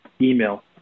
email